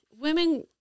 women